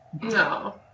No